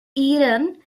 eaton